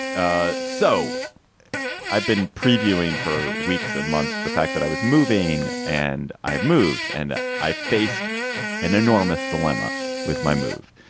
ah so i've been previewing for weeks and months the fact that i was moving and i have moved and i faced an enormous dilemma with my move.